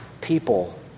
people